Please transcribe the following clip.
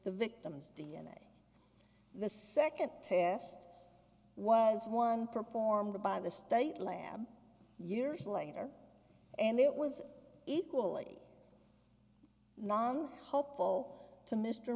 the victim's d n a the second test was one performed by the state lab years later and it was equally helpful to mr